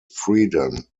freedom